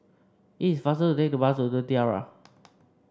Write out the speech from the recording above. it is faster to take the bus to The Tiara